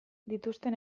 dituzten